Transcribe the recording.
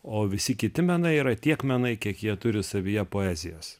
o visi kiti menai yra tiek menai kiek jie turi savyje poezijos